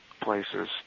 places